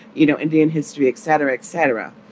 you know, indian history, et cetera, et cetera.